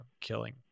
killing